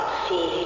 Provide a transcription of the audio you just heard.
see